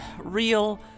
real